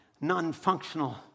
non-functional